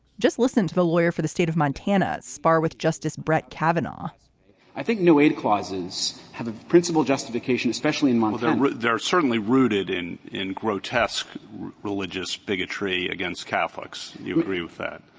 just listen to the lawyer for the state of montana spar with justice, brett kavanaugh i think new aid clauses have a principal justification, especially in my mother they're certainly rooted in in grotesque religious bigotry against catholics. you agree with that?